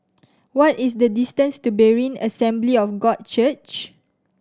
what is the distance to Berean Assembly of God Church